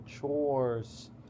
chores